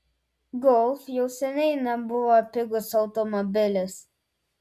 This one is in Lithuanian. golf jau seniai nebuvo pigus automobilis